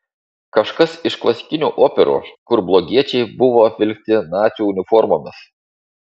kažkas iš klasikinių operų kur blogiečiai buvo apvilkti nacių uniformomis